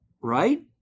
Right